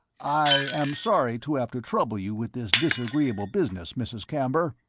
i am sorry to have to trouble you with this disagreeable business, mrs. camber,